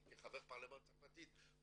כחבר פרלמנט צרפתי גם